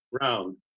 round